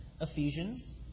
Ephesians